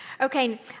Okay